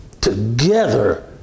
together